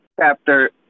chapter